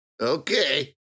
Okay